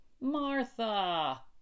Martha